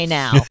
now